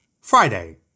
Friday